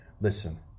Listen